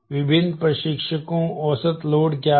विभिन्न प्रशिक्षकों औसत लोड क्या है